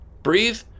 breathe